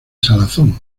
salazón